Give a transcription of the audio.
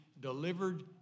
delivered